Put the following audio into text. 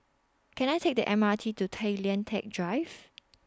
Can I Take The M R T to Tay Lian Teck Drive